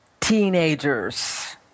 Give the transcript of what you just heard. teenagers